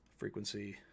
Frequency